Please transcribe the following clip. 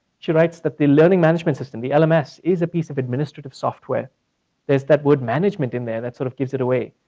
she writes that the learning management system, the lms, is a piece of administrative software there's that word management in there, that sort of gives it away.